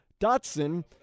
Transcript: Dotson